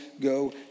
go